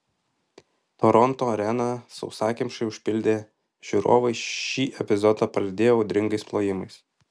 toronto areną sausakimšai užpildę žiūrovai šį epizodą palydėjo audringais plojimais